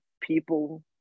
people